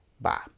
Bye